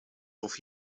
auf